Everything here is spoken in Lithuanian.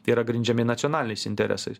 tai yra grindžiami nacionaliniais interesais